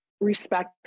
respect